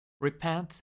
Repent